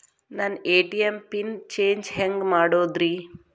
ನನ್ನ ATM PIN change ಹೆಂಗ್ ಮಾಡೋದ್ರಿ?